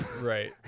Right